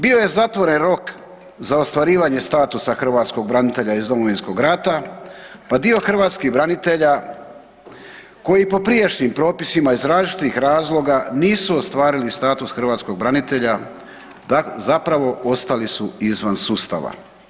Bio je zatvoren rok za ostvarivanje statusa hrvatskog branitelja iz Domovinskog rata, pa dio hrvatskih branitelja koji po prijašnjim propisima iz različitih razloga nisu ostvarili status hrvatskog branitelja zapravo ostali su izvan sustava.